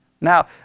Now